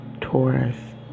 Taurus